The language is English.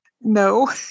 No